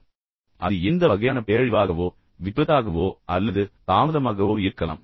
எனவே அது எந்த வகையான பேரழிவாகவோ எந்தவொரு விபத்தாகவோ அல்லது ஏதேனும் தாமதமாகவோ இருக்கலாம்